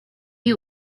you